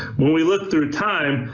when we look through time,